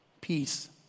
peace